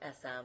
SM